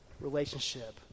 relationship